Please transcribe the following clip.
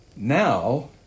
now